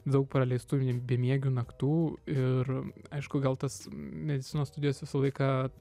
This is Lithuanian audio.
daug praleistų bemiegių naktų ir aišku gal tas medicinos studijos visą laiką